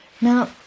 Now